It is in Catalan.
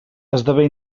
esdevé